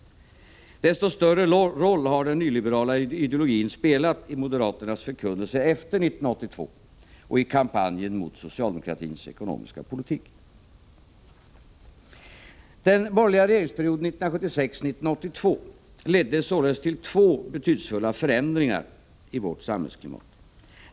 Desto större roll har den nyliberala ideologin spelat i moderaternas förkunnelse efter 1982 och i kampanjen mot socialdemokratins ekonomiska politik. Den borgerliga regeringsperioden 1976-1982 ledde således till två betydelsefulla förändringar i vårt samhällsklimat.